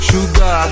Sugar